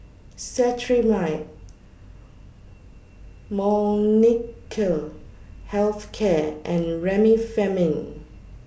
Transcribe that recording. Cetrimide Molnylcke Health Care and Remifemin